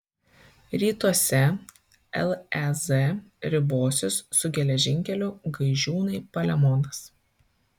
rytuose lez ribosis su geležinkeliu gaižiūnai palemonas